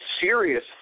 serious